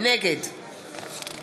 נגד